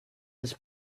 his